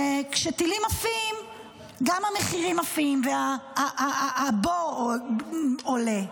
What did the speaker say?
שכשטילים עפים גם המחירים עפים והבור עולה,